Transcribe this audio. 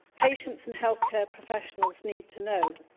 patients and healthcare professionals need to know.